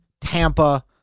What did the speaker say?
Tampa